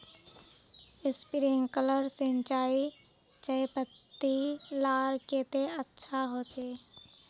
Sprinkler सिंचाई चयपत्ति लार केते अच्छा होचए?